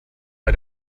bei